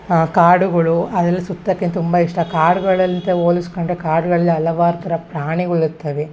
ಕಾಡುಗಳು ಅಲ್ಲೆಲ್ಲ ಸುತ್ತಕ್ಕೆ ತುಂಬ ಇಷ್ಟ ಕಾಡುಗಳಂತೆ ಹೋಲಸ್ಕಂಡ್ರೆ ಕಾಡ್ಗಳಲ್ಲಿ ಹಲವಾರು ಥರ ಪ್ರಾಣಿಗಳು ಇರ್ತವೆ